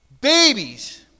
babies